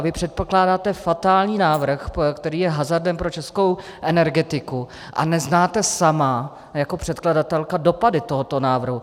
Vy předkládáte fatální návrh, který je hazardem pro českou energetiku, a neznáte sama jako předkladatelka dopady tohoto návrhu.